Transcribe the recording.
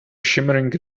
shimmering